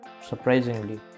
Surprisingly